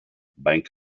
bank